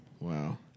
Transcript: Wow